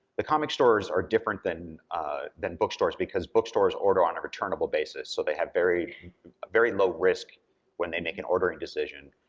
the comic stores are different than than bookstores, because bookstores order on a returnable basis, so they have very very low risk when they make an ordering decision.